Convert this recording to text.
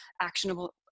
actionable